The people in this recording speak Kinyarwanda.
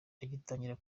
agitangira